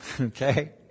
okay